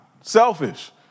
Selfish